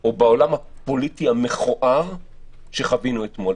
או בעולם הפוליטי המכוער שחווינו אתמול.